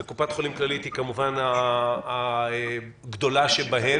וקופת חולים כללית היא כמובן הגדולה שבהן.